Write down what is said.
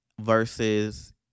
versus